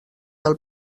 del